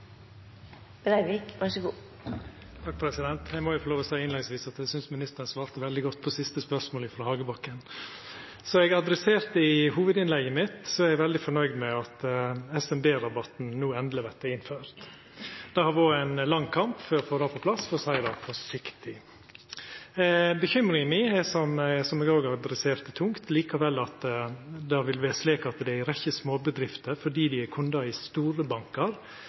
må eg seia at eg synest ministeren svarte veldig godt på det siste spørsmålet frå Hagebakken. Som eg nemnde i hovudinnlegget mitt, er eg veldig fornøgd med at SMB-rabatten endeleg vert innført. Det har vore ein lang kamp for å få det på plass, for å seia det forsiktig. Bekymringa mi er, som eg òg har understreka sterkt, likevel at det vil vera ei rekkje småbedrifter som fordi dei er kundar i store bankar,